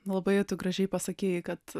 labai gražiai pasakei kad